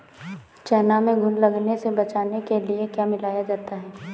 चना में घुन लगने से बचाने के लिए क्या मिलाया जाता है?